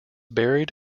buried